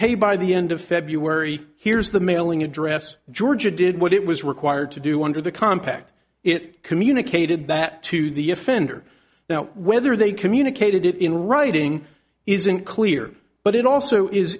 paid by the end of february here's the mailing address georgia did what it was required to do under the compact it communicated that to the offender now whether they communicated it in writing is unclear but it also is